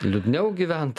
liūdniau gyvent